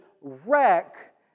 wreck